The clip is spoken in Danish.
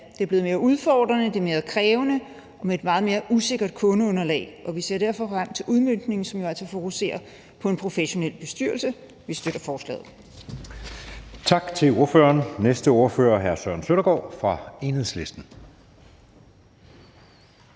Det er blevet mere udfordrende, det er mere krævende med et meget mere usikkert kundegrundlag, og vi ser derfor frem til udmøntningen, som jo altså fokuserer på en professionel bestyrelse. Vi støtter forslaget. Kl. 11:55 Anden næstformand (Jeppe Søe): Tak til ordføreren. Næste ordfører er hr. Søren Søndergaard fra Enhedslisten.